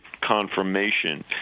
confirmation